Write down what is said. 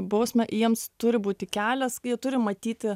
bausmę jiems turi būti kelias jie turi matyti